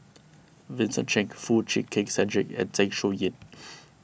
Vincent Cheng Foo Chee Keng Cedric and Zeng Shouyin